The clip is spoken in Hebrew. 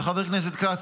חבר הכנסת כץ,